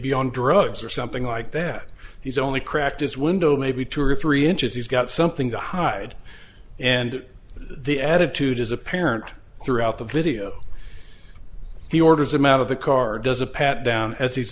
be on drugs or something like that he's only cracked his window maybe two or three inches he's got something to hide and the attitude is apparent throughout the video he orders him out of the car does a pat down as he's